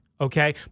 Okay